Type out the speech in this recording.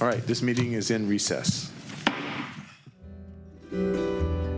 right this meeting is in recess